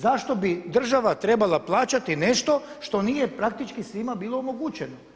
Zašto bi država trebala plaćati nešto što nije praktički svima bilo omogućeno?